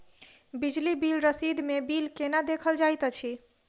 बिजली बिल रसीद मे बिल केना देखल जाइत अछि?